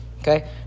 Okay